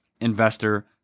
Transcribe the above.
Investor